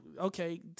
okay